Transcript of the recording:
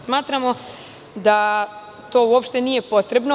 Smatramo da to uopšte nije potrebno.